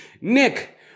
Nick